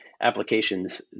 applications